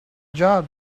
job